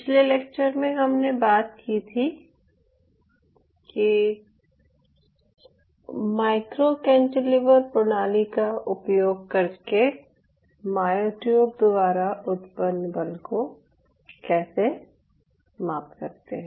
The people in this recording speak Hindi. पिछले लेक्चर हमने बात की थी कि माइक्रो कैंटिलीवर प्रणाली का उपयोग करके मायोट्यूब द्वारा उत्पन्न बल को कैसे माप सकते हैं